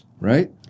right